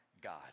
God